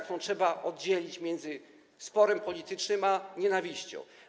którą trzeba postawić między sporem politycznym a nienawiścią.